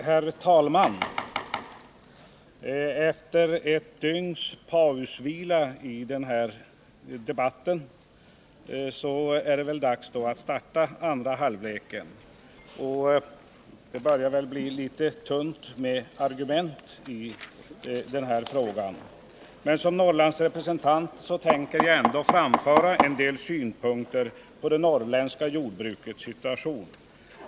Herr talman! Efter ett dygns paus i den här debatten är det dags att starta andra halvlek. Det börjar bli litet tunt med argument, men som Norrlandsrepresentant tänker jag ändå framföra en del synpunkter på det norrländska jordbrukets situation.